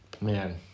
Man